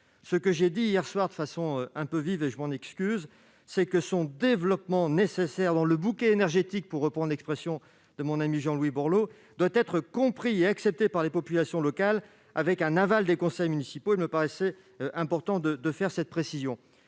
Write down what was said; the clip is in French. Ce que j'ai dit hier soir de façon un peu vive, et je m'en excuse, c'est que son nécessaire développement dans le bouquet énergétique, pour reprendre l'expression de mon ami Jean-Louis Borloo, doit être compris et accepté par les populations locales avec l'aval des conseils municipaux. Il me paraissait important de faire cette précision.